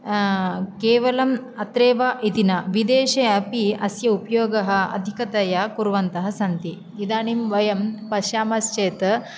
केवलम् अत्रैव इति न विदेशे अपि अस्य उपयोगः अधिकतया कुर्वन्तः सन्ति इदानीं वयं पश्यामश्चेत्